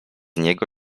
niego